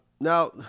Now